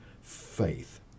faith